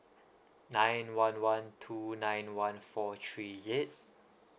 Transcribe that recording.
nine one one two nine one four three is it